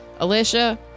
Alicia